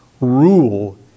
rule